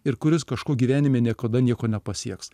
ir kuris kažko gyvenime niekada nieko nepasieks